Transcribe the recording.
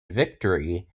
victory